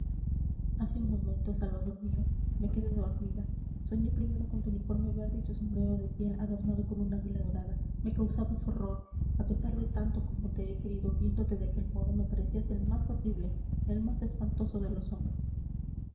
hace un momento salvador mío me quedé dormida soñé primero con tu uniforme verde y tu sombrero de piel adornado con un águila dorada me causabas horror a pesar de tanto como te he querido viéndote de aquel modo me parecías el más horrible el más espantoso de los hombres